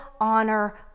honor